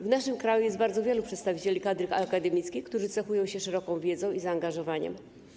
W naszym kraju jest bardzo wielu przedstawicieli kadry akademickiej, którzy cechują się szeroką wiedzą i zaangażowaniem.